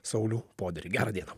saulių poderį gerą dieną